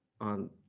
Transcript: on